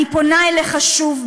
אני פונה אליך שוב,